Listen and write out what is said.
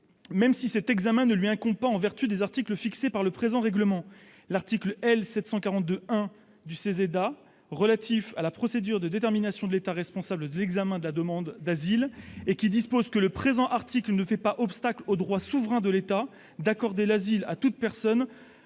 même si cet examen ne lui incombe pas en vertu des articles fixés dans le présent règlement. » Et l'article L. 742-1 du CESEDA, relatif à la procédure de détermination de l'État responsable de l'examen de la demande d'asile, précise :« Le présent article ne fait pas obstacle au droit souverain de l'État d'accorder l'asile à toute personne